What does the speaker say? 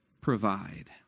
provide